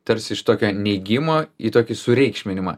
tarsi iš tokio neigimo į tokį sureikšminimą